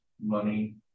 money